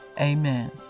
amen